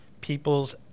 people's